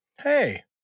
Hey